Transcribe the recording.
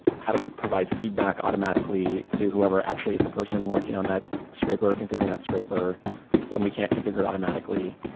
how do we provide feedback automatically to whoever actually is the person working on that scraper or confi guring at scraper when we can't confi gure it automatically.